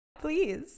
please